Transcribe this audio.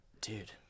Dude